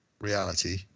reality